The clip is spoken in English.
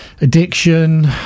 addiction